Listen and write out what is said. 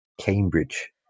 cambridge